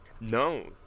no